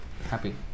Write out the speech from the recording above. happy